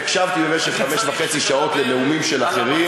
הקשבתי במשך חמש שעות וחצי לנאומים של אחרים.